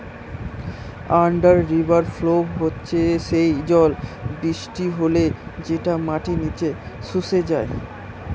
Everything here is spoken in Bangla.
আন্ডার রিভার ফ্লো হচ্ছে সেই জল বৃষ্টি হলে যেটা মাটির নিচে শুষে যায়